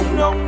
no